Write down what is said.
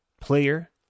player